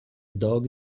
dog